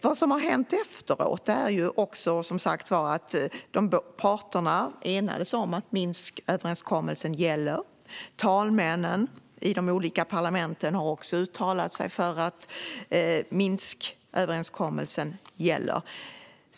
Vad som har hänt i och med detta är att parterna kom överens om att Minsköverenskommelsen gäller. Talmännen i de olika parlamenten har också uttalat sig och sagt att Minsköverenskommelsen gäller.